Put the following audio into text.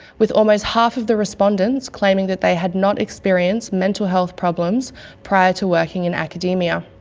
with almost half of the respondents claiming that they had not experienced mental health problems prior to working in academia.